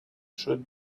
should